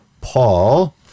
Paul